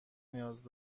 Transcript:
نیاز